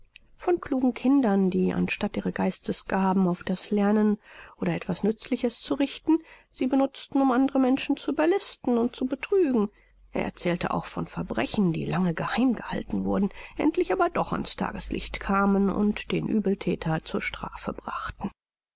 von klugen kindern die anstatt ihre geistesgaben auf das lernen oder etwas nützliches zu richten sie benutzten um andere menschen zu überlisten und zu betrügen er erzählte auch von verbrechen die lange geheim gehalten wurden endlich aber doch ans tageslicht kamen und den uebelthäter zur strafe brachten